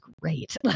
great